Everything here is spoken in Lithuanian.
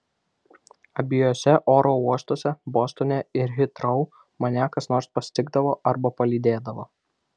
abiejuose oro uostuose bostone ir hitrou mane kas nors pasitikdavo arba palydėdavo